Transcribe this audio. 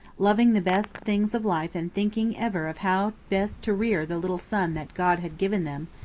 loving the best things of life and thinking ever of how best to rear the little son that god had given them,